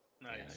Nice